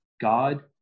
God